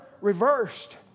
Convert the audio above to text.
reversed